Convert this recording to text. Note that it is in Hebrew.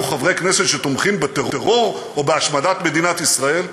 חברי כנסת שתומכים בטרור או בהשמדת מדינת ישראל.